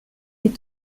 des